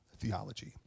theology